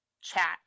chat